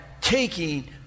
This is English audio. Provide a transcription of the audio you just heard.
taking